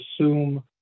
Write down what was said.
assume